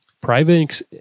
Private